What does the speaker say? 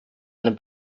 einem